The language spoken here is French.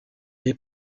les